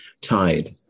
tide